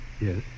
Yes